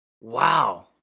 wow